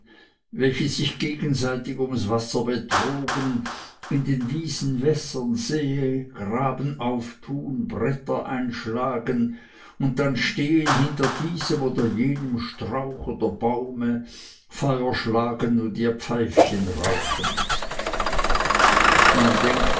welche sich gegenseitig ums wasser betrogen in den wiesen wässern sehe graben auftun bretter einschlagen dann stehen hinter diesem oder jenem strauch oder baume feuer schlagend und ihr pfeifchen rauchend man denkt